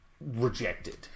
rejected